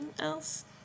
else